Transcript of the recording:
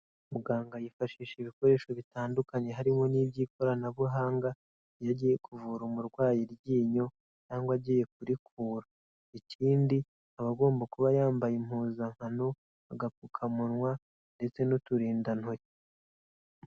Muganga yifashisha ibikoresho bitandukanye harimo n'iby'ikoranabuhanga iyo agiye kuvura umurwayi iryinyo cyangwa agiye kurikura. Ikindi aba agomba kuba yambaye impuzankano, agapfukamunwa ndetse n'uturindantoki.